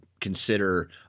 consider –